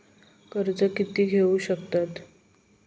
कर्ज कीती घेऊ शकतत?